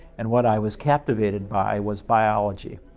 and what i was captivated by was biology.